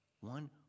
one